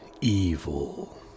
Evil